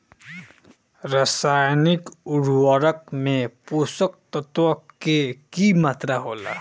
रसायनिक उर्वरक में पोषक तत्व के की मात्रा होला?